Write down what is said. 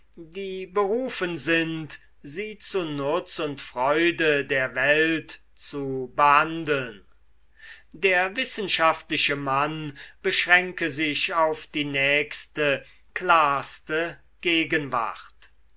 die berufen sind sie zu nutz und freude der welt zu behandeln der wissenschaftliche mann beschränke sich auf die nächste klarste gegenwart